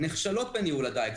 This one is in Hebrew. נכשלות בניהול הדייג.